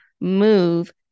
move